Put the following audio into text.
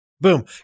Boom